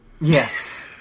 Yes